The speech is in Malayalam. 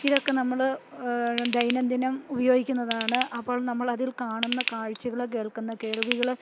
ഇതൊക്കെ നമ്മള് ദൈനംദിനം ഉപയോഗിക്കുന്നതാണ് അപ്പോൾ നമ്മൾ അതിൽ കാണുന്ന കാഴ്ചകള് കേൾക്കുന്ന കേൾവികള്